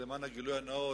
למען הגילוי הנאות,